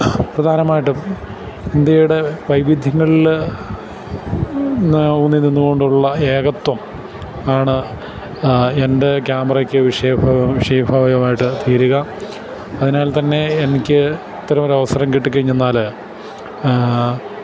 പ്രധാനമായിട്ടും ഇന്ത്യയുടെ വൈവിധ്യങ്ങളില് ഊന്നി നിന്നുകൊണ്ടുള്ള ഏകത്വമാണ് എൻ്റെ ക്യാമറയ്ക്ക് വിഷയമായിത്തീരുക അതിനാൽ തന്നെ എനിക്ക് ഇത്തരമൊരു അവസരം കിട്ടിക്കഴിഞ്ഞാല്